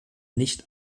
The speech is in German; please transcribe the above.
nicht